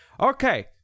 okay